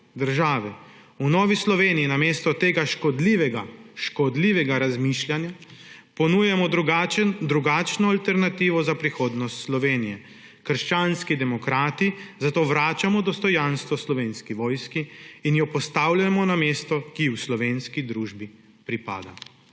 države. V Novi Sloveniji namesto tega škodljivega škodljivega razmišljanja ponujamo drugačno alternativo za prihodnost Slovenije. Krščanski demokrati zato vračamo dostojanstvo Slovenski vojski in jo postajamo na mesto, ki ji v slovenski družbi pripada.